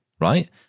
right